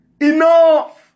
Enough